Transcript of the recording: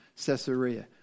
Caesarea